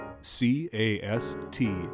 C-A-S-T